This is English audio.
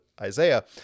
Isaiah